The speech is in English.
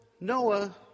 Noah